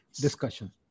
discussion